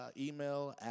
email